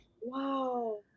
Wow